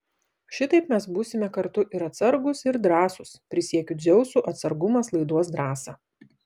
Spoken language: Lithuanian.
šitaip mes būsime kartu ir atsargūs ir drąsūs prisiekiu dzeusu atsargumas laiduos drąsą